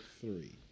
three